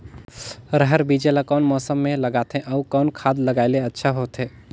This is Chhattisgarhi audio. रहर बीजा ला कौन मौसम मे लगाथे अउ कौन खाद लगायेले अच्छा होथे?